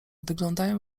wyglądają